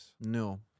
no